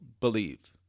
believe